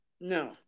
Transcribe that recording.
No